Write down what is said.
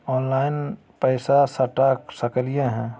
Online पैसा सटा सकलिय है?